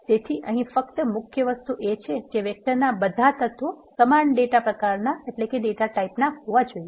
તેથી અહીં ફક્ત મુખ્ય વસ્તુ એ છે કે વેક્ટરના બધા તત્વો સમાન ડેટા પ્રકારનાં હોવા જોઈએ